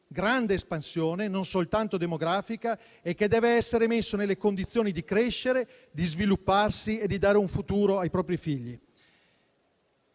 grande espansione, non soltanto demografica, e che dev'essere messo nelle condizioni di crescere, di svilupparsi e di dare un futuro ai propri figli.